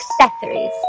Accessories